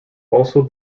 also